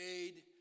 aid